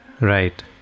Right